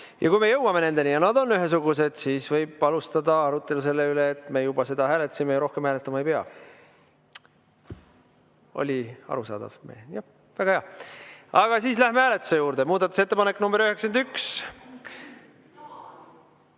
Kui me jõuame nendeni ja need on ühesugused, siis võib alustada arutelu selle üle, et me juba seda hääletasime ja rohkem hääletama ei pea. Oli arusaadav? Väga hea! Aga siis läheme hääletuse juurde. Muudatusettepanek nr 91.